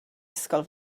ysgol